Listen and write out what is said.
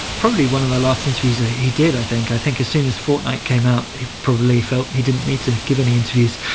probably one the last interviews he did, i think i think as soon as fortnight came out. he probably felt he didn't need to give any interviews.